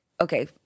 Okay